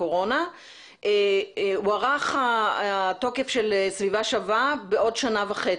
הקורונה הוארך התוקף של "סביבה שווה" בעוד שנה וחצי.